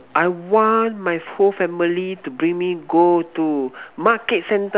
I want my whole family to bring me go to Market center